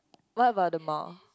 what about the mall